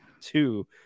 two